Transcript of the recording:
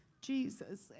Jesus